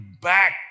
back